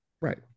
Right